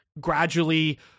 gradually